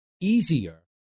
easier